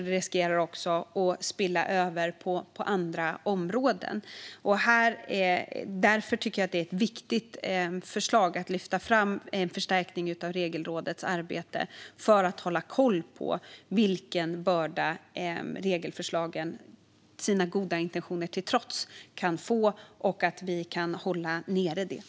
Det finns också risk att det spiller över på andra områden. Därför tycker jag att det är ett viktigt förslag att ta fram en förstärkning av Regelrådets arbete för att hålla koll på vilken börda regelförslagen kan bli, goda intentioner till trots, så att vi kan hålla nere det.